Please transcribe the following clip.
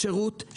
שירות,